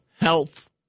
health